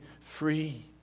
free